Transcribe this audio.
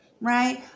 right